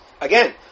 Again